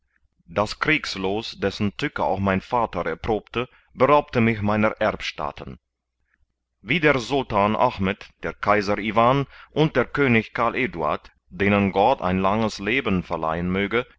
das kriegsloos dessen tücke auch mein vater erprobte beraubte mich meiner erbstaaten wie der sultan achmed der kaiser iwan und der könig karl eduard denen gott ein langes leben verleihen möge